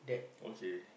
okay